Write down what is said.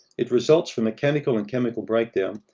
it results from a clinical and chemical breakdown,